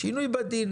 שינוי בדין.